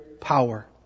power